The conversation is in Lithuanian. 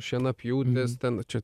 šienapjūtės ten čia